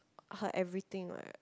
her everything lah